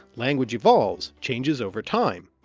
language evolves, changes over time.